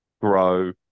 grow